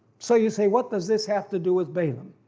so you say what does this have to do with balaam.